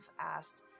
asked